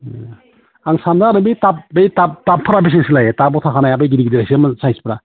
आं सान्दों आरो बै टाबफ्रा बेसेसो लायो टाब होफाखानाया गिदिर गिदिर साइसफोरा